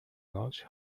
large